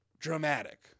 Dramatic